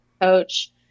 coach